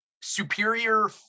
Superior